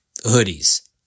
hoodies